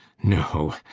no,